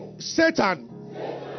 Satan